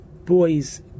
boys